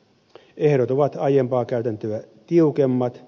ehdot ovat aiempaa käytäntöä tiukemmat